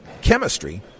chemistry